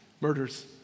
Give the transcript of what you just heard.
murders